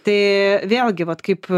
tai vėlgi vat kaip